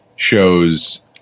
shows